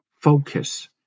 focus